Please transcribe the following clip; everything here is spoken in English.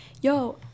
yo